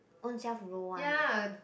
ownself roll one